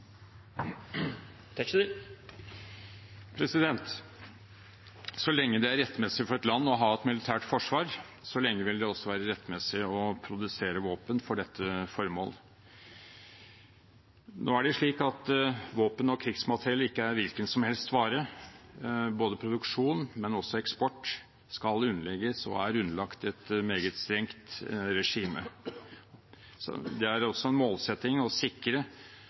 rettmessig for et land å ha et militært forsvar, så lenge vil det også være rettmessig å produsere våpen for dette formålet. Det er slik at våpen og krigsmateriell ikke er hvilken som helst vare. Både produksjon og eksport skal underlegges og er underlagt et meget strengt regime. Det er også en målsetting å sikre